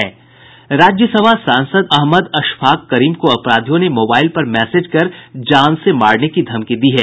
राज्यसभा सांसद अहमद अशफाक करीम को अपराधियों ने मोबाइल पर मैसेज कर जान से मारने की धमकी दी है